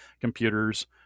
computers